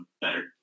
better